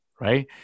right